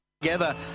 together